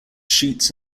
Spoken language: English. shoots